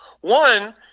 One